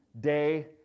day